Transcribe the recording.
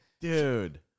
Dude